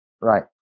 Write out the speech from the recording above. right